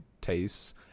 tastes